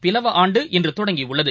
பிலவஆண்டு இன்றுதொடங்கியுள்ளது